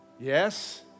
Yes